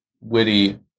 witty